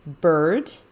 bird